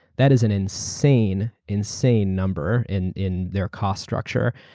that is an insane insane number in in their cost structure.